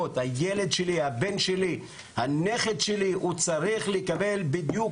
הבן שלי והנכד שלי צריכים לקבל בדיוק